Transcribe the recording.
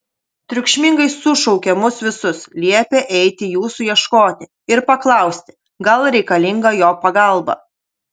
triukšmingai sušaukė mus visus liepė eiti jūsų ieškoti ir paklausti gal reikalinga jo pagalba